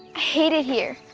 hate it here.